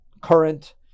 current